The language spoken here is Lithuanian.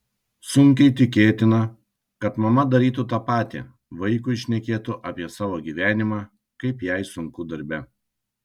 sunkiai tikėtina kad mama darytų tą patį vaikui šnekėtų apie savo gyvenimą kaip jai sunku darbe